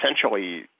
essentially